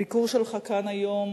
הביקור שלך כאן היום